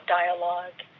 dialogue